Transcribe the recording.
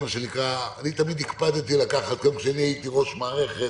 תמיד הקפדתי לקחת, גם כשהייתי ראש מערכת